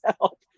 help